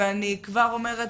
ואני כבר אומרת,